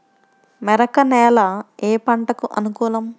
మెరక నేల ఏ పంటకు అనుకూలం?